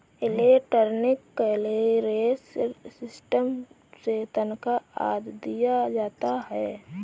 electronic clearance system से तनख्वा आदि दिया जाता है